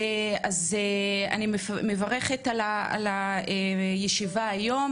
אני מברכת על הישיבה היום,